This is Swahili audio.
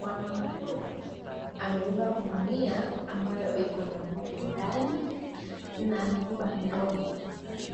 Mwanaume huyu amebeba gunia ambayo ikona vitu ndani na amebeba ndoo.